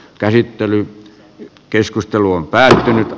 käsittely keskusteluun päin